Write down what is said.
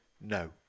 no